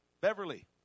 Beverly